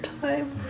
time